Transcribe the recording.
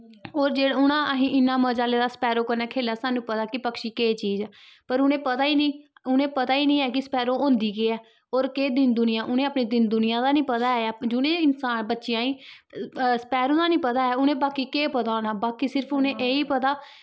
होर जे उ'नें असीं इन्ना मजा लेदा स्पैरो कन्नै खेले दा सानूं पता कि पक्षी केह् चीज ऐ पर उ'नें पता ही निं उ'नें पता ही निं ऐ कि स्पैरो होंदी केह् ऐ होर केह् दिन दुनिया उ'नें अपने दिन दुनिया दा निं पता ऐ जुने इंसान बच्चेआं ई स्पैरो दा निं पता ऐ उ'नें बाकी केह् पता होना बाकी सिर्फ उ'नें एह् ही पता